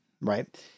right